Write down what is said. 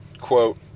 quote